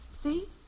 See